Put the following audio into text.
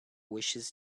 wishes